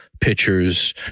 pitchers